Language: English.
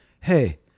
hey